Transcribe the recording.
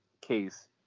case